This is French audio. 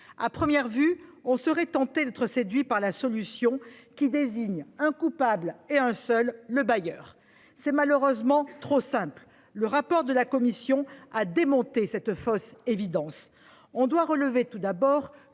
À première vue, on peut être séduit par la solution qui désigne un coupable et un seul : le bailleur ! C'est malheureusement trop simple. Le rapport de la commission a démonté cette fausse évidence. On doit relever tout d'abord